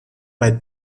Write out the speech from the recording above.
bei